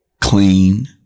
clean